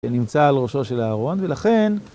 שנמצא על ראשו של אהרון, ולכן...